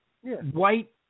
white